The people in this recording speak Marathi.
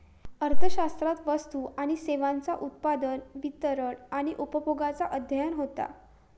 अर्थशास्त्रात वस्तू आणि सेवांचा उत्पादन, वितरण आणि उपभोगाचा अध्ययन होता